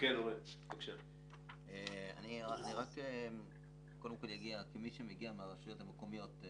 אני מגיע מהרשויות המקומיות.